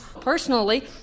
personally